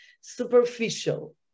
superficial